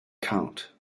count